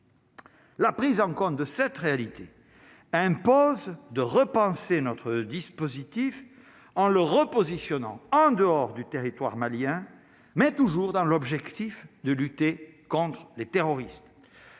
La prise en compte de cette réalité impose de repenser notre dispositif en le repositionnant en dehors du territoire malien, mais toujours dans l'objectif de lutter contre les terroristes